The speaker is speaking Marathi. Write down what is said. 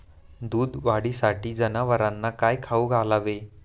दूध वाढीसाठी जनावरांना काय खाऊ घालावे?